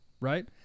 right